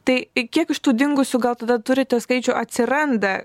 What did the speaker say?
tai kiek iš tų dingusių gal tada turite skaičių atsiranda